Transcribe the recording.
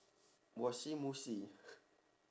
wassy mussey